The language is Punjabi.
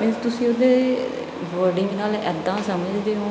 ਮੀਨਜ਼ ਤੁਸੀਂ ਉਹਦੇ ਵਰਡਿੰਗ ਨਾਲ ਇੱਦਾਂ ਸਮਝਦੇ ਹੋ